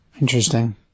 Interesting